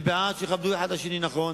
אני בעד שיכבדו אחד את השני, נכון.